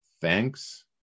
thanks